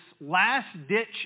last-ditch